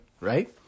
right